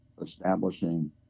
establishing